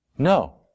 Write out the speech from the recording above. No